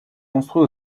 construit